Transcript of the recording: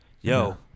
yo